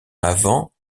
avant